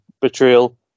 betrayal